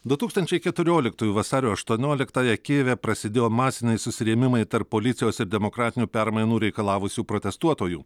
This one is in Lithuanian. du tūkstančiai keturioliktųjų vasario aštuonioliktąją kijeve prasidėjo masiniai susirėmimai tarp policijos ir demokratinių permainų reikalavusių protestuotojų